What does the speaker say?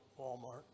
Walmart